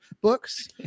books